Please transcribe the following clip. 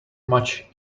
much